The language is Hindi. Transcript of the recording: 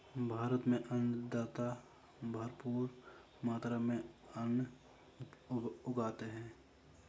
भारत में अन्नदाता भरपूर मात्रा में अन्न उगाते हैं